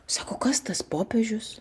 sako kas tas popiežius